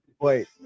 Wait